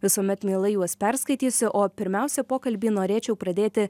visuomet mielai juos perskaitysiu o pirmiausia pokalbį norėčiau pradėti